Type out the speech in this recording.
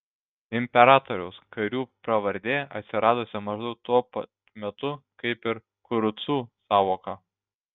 imperatoriaus karių pravardė atsiradusi maždaug tuo pat metu kaip ir kurucų sąvoka